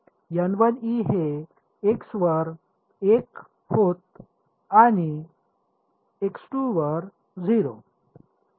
हे वर 1 होत आणि वर 0